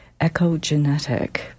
Echogenetic